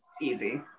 Easy